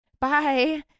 bye